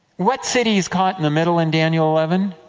what city is caught in the middle, in daniel eleven?